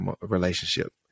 relationship